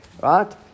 Right